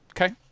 okay